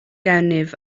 gennyf